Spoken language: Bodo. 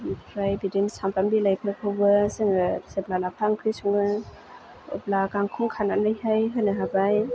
ओमफ्राय बिदिनो सामब्राम बिलाइफोरखौबो जोङो सोरबा लाफा ओंख्रि सङो अब्ला गांखं खानानैहाय होनो हाबाय